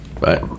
Bye